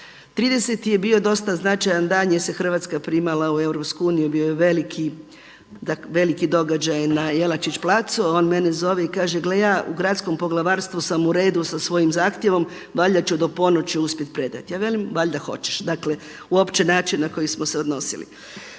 30. je bio dosta značajan dan jer se Hrvatska primala u Europsku uniju, bio je veliki događaj na Jelačić placu, a on mene zove i kaže: „Gle ja u Gradskom poglavarstvu sam u redu sa svojim zahtjevom, valjda ću do ponoći uspjeti predati.“ Ja velim: „Valjda hoćeš.“ Dakle uopće način na koji smo se odnosili.